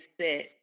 set